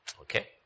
Okay